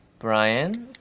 brian,